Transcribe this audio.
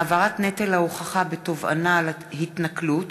(העברת נטל ההוכחה בתובענה על התנכלות),